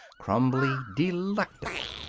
crumbly, delectable.